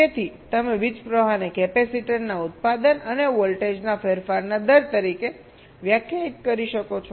તેથી તમે વીજપ્રવાહને કેપેસિટરના ઉત્પાદન અને વોલ્ટેજના ફેરફારના દર તરીકે વ્યાખ્યાયિત કરી શકો છો